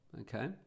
okay